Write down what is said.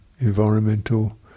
environmental